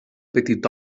petit